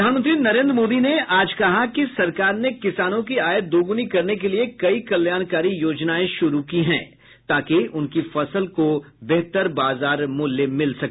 प्रधानमंत्री नरेंद्र मोदी ने आज कहा कि सरकार ने किसानों की आय दोग्नी करने के लिए कई कल्याणकारी योजनाएं शुरू की है ताकी उनकी फसल को बेहतर बाजार मूल्य मिले